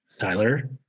tyler